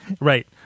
right